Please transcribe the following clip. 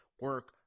Work